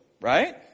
right